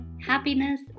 happiness